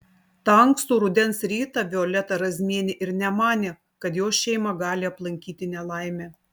tą ankstų rudens rytą violeta razmienė ir nemanė kad jos šeimą gali aplankyti nelaimė